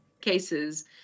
cases